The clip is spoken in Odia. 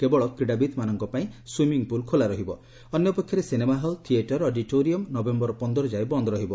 କେବଳ କ୍ରିଡ଼ାବିତ୍ମାନଙ୍କ ପାଇଁ ସୁଇମିଂ ପୁଲ୍ ଖୋଲା ରହିବ ଅନ୍ୟପକ୍ଷରେ ସିନେମା ହଲ୍ ଥିଏଟର୍ ଅଡିଟୋରିୟମ୍ ନଭେମ୍ ଯାଏଁ ବନ୍ଦ୍ ରହିବ